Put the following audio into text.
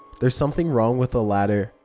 there's something wrong with the ladder.